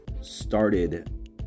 started